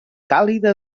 càlida